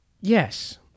Yes